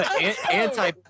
Anti